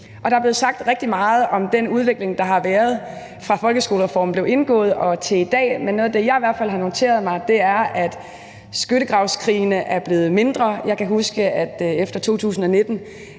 Der er blevet sagt rigtig meget om den udvikling, der har været, fra folkeskolereformen blev indgået til i dag, men noget af det, jeg i hvert fald har noteret mig, er, at skyttegravskrigene er blevet mindre. Jeg kan huske, at da jeg efter 2019